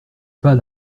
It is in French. pas